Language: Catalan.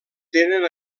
tenen